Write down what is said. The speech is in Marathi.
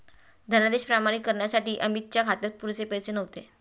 धनादेश प्रमाणित करण्यासाठी अमितच्या खात्यात पुरेसे पैसे नव्हते